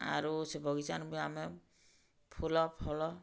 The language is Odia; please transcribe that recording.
ଆରୁ ସେ ବଗିଚାନୁ ବି ଆମେ ଫୁଲ ଫଳ